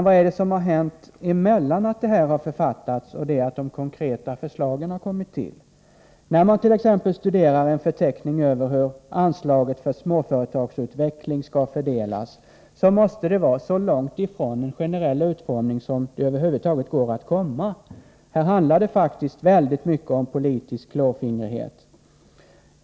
Vad har då hänt mellan det att inledningen författats och de konkreta förslagen kommit till? Studerar man t.ex. en förteckning över hur anslaget till Småföretagsutveckling skall fördelas, finner man det vara så långt ifrån en generell utformning som det över huvud taget går att komma. Här handlar det faktiskt väldigt mycket om politisk klåfingrighet.